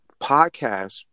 podcast